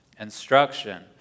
instruction